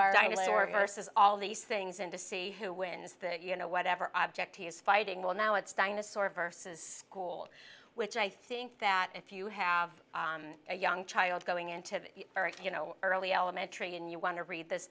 versus all these things and to see who wins that you know whatever object he is fighting will now it's dinosaur versus school which i think that if you have a young child going into the you know early elementary and you want to read this